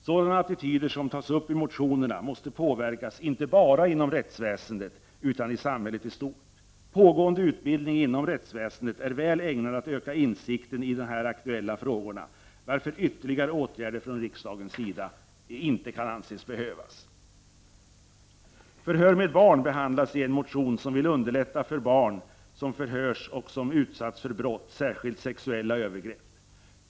Sådana attityder som tas upp i motionerna måste påverkas inte bara inom rättsväsendet utan i samhället i stort. Pågående utbildning inom rättsväsendet är väl ägnad att öka insik .en i de aktuella frågorna, varför ytterligare åtgärder från riksdagens sida inte kan anses behövas. Förhör med barn behandlas i en motion där man vill underlätta för barn som förhörs och som utsatts för brott, särskilt sexuella övergrepp.